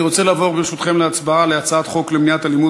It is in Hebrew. אני רוצה לעבור להצבעה בקריאה ראשונה על הצעת חוק למניעת אלימות